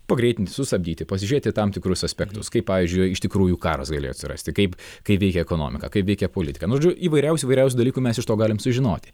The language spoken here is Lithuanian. pagreitinti sustabdyti pasižiūrėti į tam tikrus aspektus kaip pavyzdžiui iš tikrųjų karas galėjo atsirasti kaip kaip veikia ekonomika kaip veikia politika nu žodžiu įvairiausių įvairiausių dalykų mes iš to galim sužinoti